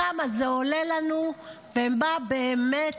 כמה זה עולה לנו ומה באמת,